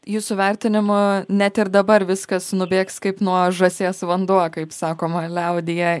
jūsų vertinimu net ir dabar viskas nubėgs kaip nuo žąsies vanduo kaip sakoma liaudyje